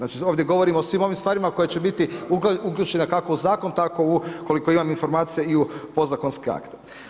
Dakle, ovdje govorim o svim ovim stvarima koje će biti uključene kako u zakon, tako u koliko imam informacija i u podzakonske akte.